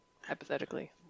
Hypothetically